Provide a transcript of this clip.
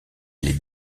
les